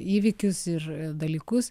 įvykius ir dalykus